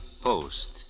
post